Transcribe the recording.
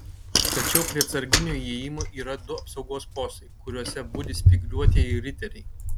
tačiau prie atsarginio įėjimo yra du apsaugos postai kuriuose budi spygliuotieji riteriai